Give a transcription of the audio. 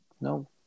no